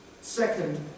Second